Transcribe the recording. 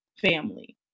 family